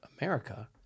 america